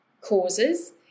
causes